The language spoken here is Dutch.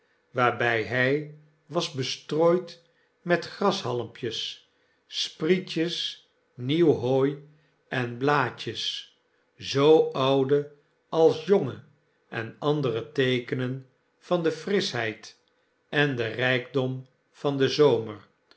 bosschen waarbjj hy-was bestrooid met grashalmpjes sprietjes nieuw hooi en blaadjes zoo oude als jonge en andere teekenen van de frischheid en den rykdom van den zomer